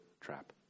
trap